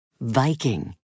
Viking